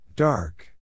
Dark